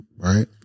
Right